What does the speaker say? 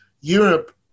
Europe